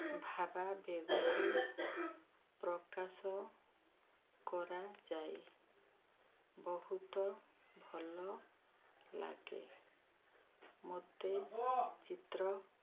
ଭାବା ବେଗକୁ ପ୍ରକାଶ କରାଯାଏ ବହୁତ ଭଲ ଲାଗେ ମୋତେ ଚିତ୍ର